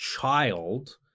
child